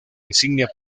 insignia